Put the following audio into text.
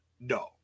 no